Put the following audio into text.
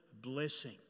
blessing